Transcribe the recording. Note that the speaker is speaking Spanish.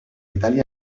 italia